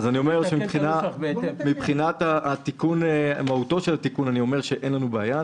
מבחינת מהות התיקון אין לנו בעיה.